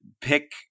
pick –